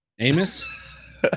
Amos